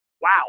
wow